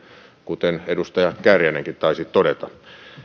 kuten edustaja kääriäinenkin taisi todeta